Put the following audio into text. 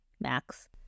Max